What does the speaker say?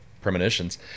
premonitions